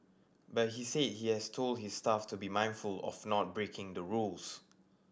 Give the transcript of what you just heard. but he said he has told his staff to be mindful of not breaking the rules